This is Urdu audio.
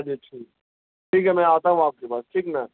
چلیے ٹھیک ٹھیک ہے میں آتا ہوں آپ کے پاس ٹھیک نا